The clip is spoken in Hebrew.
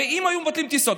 הרי אם היו מבטלים את הטיסות,